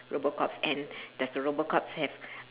robot cops and does the robot cops have